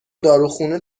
داروخونه